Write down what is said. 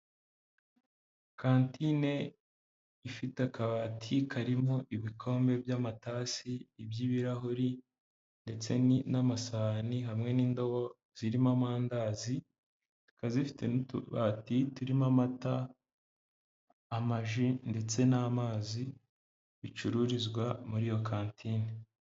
Kantine ifite akabati karimo ibikombe by'amatasi, iby'ibirahuri ndetse n'amasahani, hamwe n'indobo zirimo amandazi, zikaba zifite n'utubati turimo amata, amaji ndetse n'amazi bicururizwa muri iyo kantine.